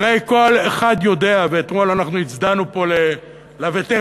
הרי כל אחד יודע, ואתמול הצדענו פה לווטרנים,